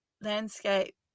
landscape